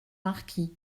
marquis